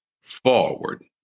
forward